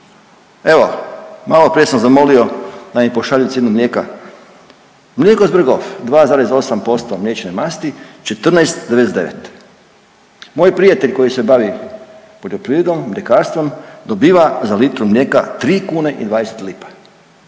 Evo, maloprije sam zamolio da mi pošalju cijenu mlijeka. Mlijeko Z bregov 2,8% mliječne masti 14,99. Moj prijatelj koji se bavi poljoprivredom, mljekarstvom dobiva za litru mlijeka 3 kune i 20 lipa.